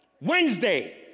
Wednesday